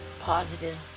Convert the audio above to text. positive